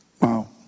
Wow